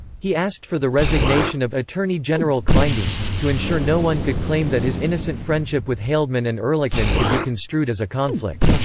he asked for the resignation of attorney general kleindienst, to ensure no one could claim that his innocent friendship with haldeman and ehrlichman could be construed as a conflict.